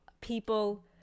people